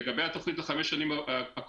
לגבי התוכנית לחמש השנים הקרובות,